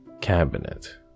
Cabinet